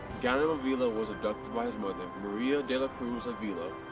ganem avila was abducted by his mother, maria delacruz avila,